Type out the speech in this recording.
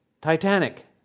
Titanic